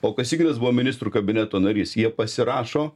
o kosyginas buvo ministrų kabineto narys jie pasirašo